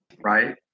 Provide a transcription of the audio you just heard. right